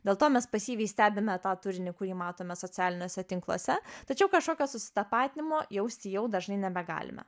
dėl to mes pasyviai stebime tą turinį kurį matome socialiniuose tinkluose tačiau kažkokio susitapatinimo jausti jau dažnai nebegalime